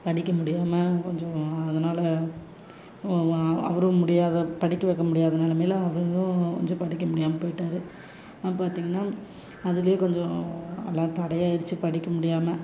படிக்க முடியாமல் கொஞ்சம் அதனால அவரும் முடியாத படிக்க வைக்க முடியாத நிலைமையில அவரும் கொஞ்சம் படிக்க முடியாமல் போய்ட்டாரு பார்த்திங்கன்னா அதுலேயே கொஞ்சம் எல்லாம் தடையாகிடுச்சி படிக்க முடியாமல்